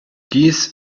dies